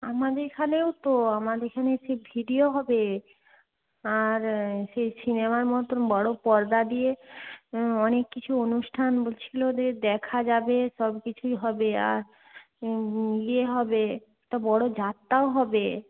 আমাদের এখানেও তো আমাদের এখানে সেই ভিডিও হবে আর সেই সিনেমার মতো বড়ো পর্দা দিয়ে অনেক কিছু অনুষ্ঠান বলছিলো যে দেখা যাবে সব কিছুই হবে ইয়ে হবে একটা বড়ো যাত্রাও হবে